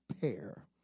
pair